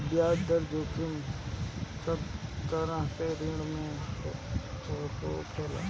बियाज दर जोखिम सब तरह के ऋण में होखेला